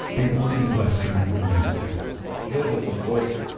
they wanted western music there was, of course,